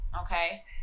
Okay